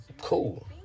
Cool